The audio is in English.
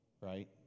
right